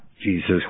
Jesus